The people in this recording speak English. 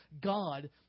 God